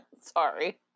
sorry